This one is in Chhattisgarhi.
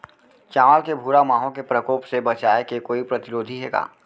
चांवल के भूरा माहो के प्रकोप से बचाये के कोई प्रतिरोधी हे का?